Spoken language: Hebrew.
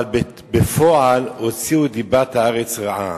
אבל בפועל הוציאו דיבת הארץ רעה.